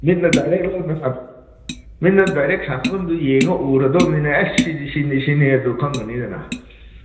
ꯃꯤꯠꯅ ꯗꯥꯏꯔꯦꯛ ꯃꯤꯠꯅ ꯗꯥꯏꯔꯦꯛ ꯁꯥꯟꯅꯐꯝꯗꯣ ꯎꯔꯗꯧꯕꯅꯤꯅ ꯑꯦꯁ ꯁꯤꯗꯤ ꯁꯤꯅꯤ ꯁꯤꯅꯤꯗꯣ ꯈꯪꯉꯅꯤꯗꯅ